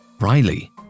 Riley